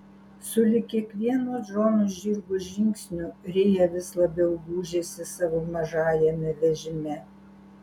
sulig kiekvienu džono žirgo žingsniu rėja vis labiau gūžėsi savo mažajame vežime